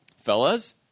Fellas